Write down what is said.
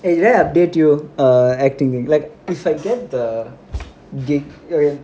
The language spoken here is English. eh did I update you err acting if I get the gig